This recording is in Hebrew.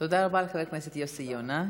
תודה רבה לחבר הכנסת יוסי יונה.